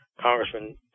Congressman